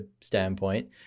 standpoint